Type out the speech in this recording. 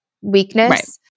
weakness